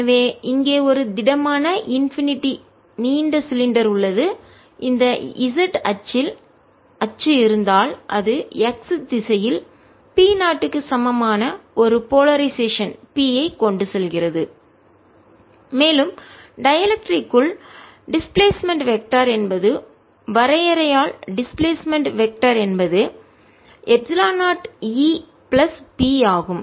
எனவே இங்கே ஒரு திடமான இன்பினிடி எல்லையற்ற நீண்ட சிலிண்டர் உள்ளது இந்த z அச்சில் அச்சு இருந்தால் அது x திசையில் P0 க்கு சமமான ஒரு போலரைசேஷன் p ஐக் கொண்டு செல்கிறது மேலும் டைஎலெக்ட்ரிக் க்குள் மின்கடத்தா டிஸ்பிளேஸ்மென்ட் வெக்டர் இடப்பெயர்வு திசையன் என்பது வரையறையால் டிஸ்பிளேஸ்மென்ட் வெக்டர் என்பது எப்சிலன் 0 E பிளஸ் P ஆகும்